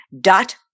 dot